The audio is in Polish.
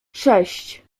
sześć